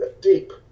deep